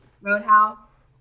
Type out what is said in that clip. roadhouse